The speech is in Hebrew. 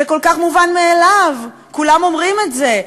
זה כל כך מובן מאליו, כולם אומרים את זה.